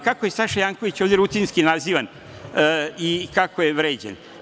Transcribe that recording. Kako je Saša Janković ovde rutinski nazivan i kako je vređan?